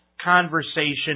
conversation